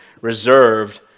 reserved